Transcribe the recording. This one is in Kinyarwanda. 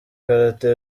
karate